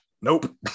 Nope